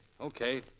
Okay